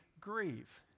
grieve